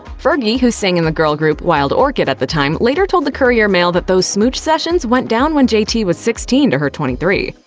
fergie, who sang in the girl group wild orchid at the time, later told the courier mail that those smooch sessions went down when jt was sixteen to her twenty three.